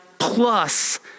Plus